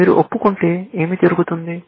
మీరు ఒప్పుకుంటే ఏమి జరుగుతుంది